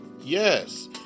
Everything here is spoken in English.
Yes